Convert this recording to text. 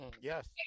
Yes